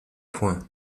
point